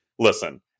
Listen